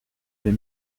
des